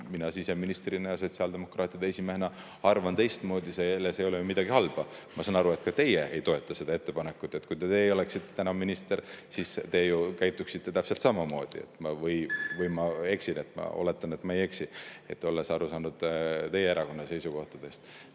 mina siseministrina ja sotsiaaldemokraatide esimehena arvan teistmoodi. Selles ei ole ju midagi halba. Ma saan aru, et ka teie ei toeta seda ettepanekut. Kui teie oleksite täna minister, siis te käituksite täpselt samamoodi. Või ma eksin? Ma oletan, et ma ei eksi, olles aru saanud teie erakonna seisukohtadest.